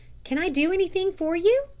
can i do anything for you?